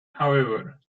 however